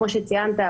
כמו שציינת,